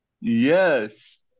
Yes